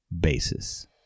basis